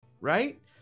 Right